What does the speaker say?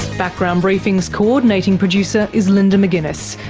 background briefing's co-ordinating producer is linda mcginness,